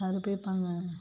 அங்கே போயிப்பாங்க